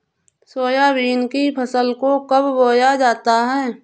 Soybean की फसल को कब बोया जाता है?